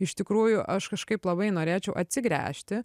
iš tikrųjų aš kažkaip labai norėčiau atsigręžti